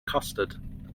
custard